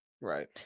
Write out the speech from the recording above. Right